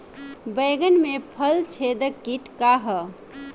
बैंगन में फल छेदक किट का ह?